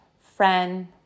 friend